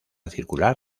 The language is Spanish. circular